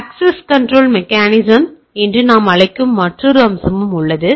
access control mechanism என்று நாம் அழைக்கும் மற்றொரு அம்சமும் உள்ளது